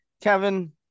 Kevin